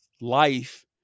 life